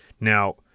Now